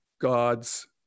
God's